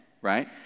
right